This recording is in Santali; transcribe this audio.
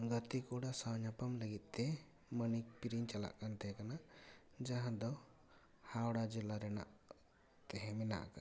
ᱜᱟᱛᱮ ᱠᱚᱲᱟ ᱥᱟᱣ ᱧᱟᱯᱟᱢ ᱞᱟᱹᱜᱤᱫᱛᱮ ᱢᱟᱱᱤᱠ ᱯᱤᱨᱤᱧ ᱪᱟᱞᱟᱜ ᱠᱟᱱ ᱛᱟᱦᱮᱸ ᱠᱟᱱᱟ ᱡᱟᱦᱟᱸᱫᱚ ᱦᱟᱣᱲᱟ ᱡᱮᱞᱟ ᱨᱮᱱᱟᱜ ᱛᱮᱦᱮᱸ ᱢᱮᱱᱟᱜ ᱟᱠᱟᱫᱟ